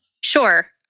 Sure